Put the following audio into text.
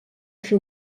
fer